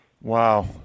Wow